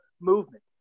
movement